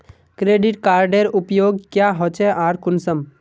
Credit कार्डेर उपयोग क्याँ होचे आर कुंसम?